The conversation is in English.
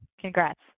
Congrats